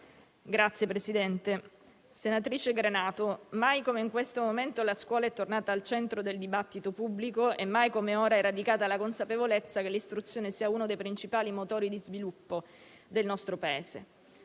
senatrice Granato, mai come in questo momento la scuola è tornata al centro del dibattito pubblico e mai come ora è radicata la consapevolezza che l'istruzione sia uno dei principali motori di sviluppo del nostro Paese.